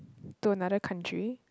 to another country